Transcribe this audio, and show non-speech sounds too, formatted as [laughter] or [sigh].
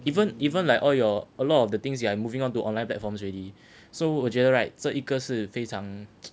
even even like all your a lot of the things you are moving on to online platforms already so 我觉得 right 这一个是非常 [noise]